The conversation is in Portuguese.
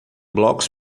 blocos